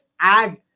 add